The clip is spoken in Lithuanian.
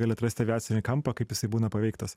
gali atrasti aviacinį kampą kaip jisai būna paveiktas